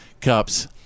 cups